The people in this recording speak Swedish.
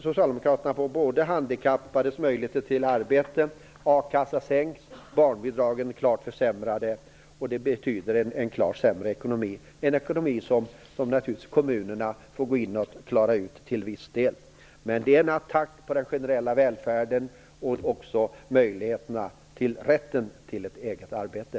Socialdemokraterna ger sig nu på både handikappades möjligheter till arbete, a-kassan och barnbidragen. Det betyder en klart sämre ekonomi - en ekonomi som kommunerna naturligtvis får gå in och klara ut till en viss del. Det är en attack mot den generella välfärden och även mot rätten till ett eget arbete.